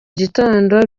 gitondo